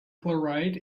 chloride